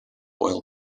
oil